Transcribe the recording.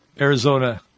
Arizona